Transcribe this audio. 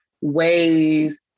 ways